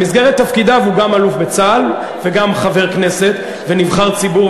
במסגרת תפקידיו הוא גם אלוף בצה"ל וגם חבר הכנסת ונבחר ציבור.